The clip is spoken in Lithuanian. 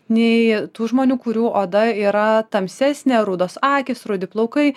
nei tų žmonių kurių oda yra tamsesnė rudos akys rudi plaukai